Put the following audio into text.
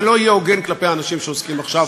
זה לא יהיה הוגן כלפי האנשים שעוסקים עכשיו